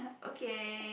okay